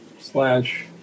slash